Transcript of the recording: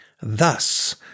thus